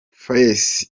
face